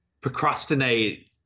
procrastinate